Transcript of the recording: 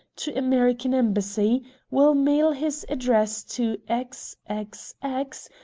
to american embassy will mail his address to x. x. x,